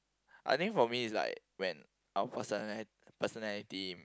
I think for me is like when our person personality